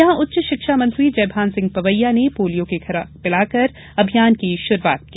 यहां उच्च शिक्षा मंत्री जयभान सिंह पवैया ने पोलियो की खुराक पिलाकर अभियान की शुरूआत की